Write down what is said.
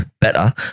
better